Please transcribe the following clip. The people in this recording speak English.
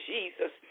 Jesus